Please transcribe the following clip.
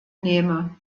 nehme